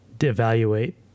evaluate